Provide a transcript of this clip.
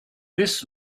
this